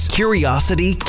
curiosity